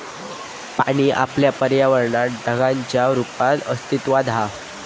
पाणी आपल्या पर्यावरणात ढगांच्या रुपात अस्तित्त्वात हा